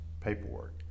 paperwork